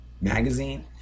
magazine